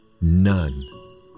none